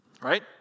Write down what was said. right